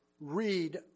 read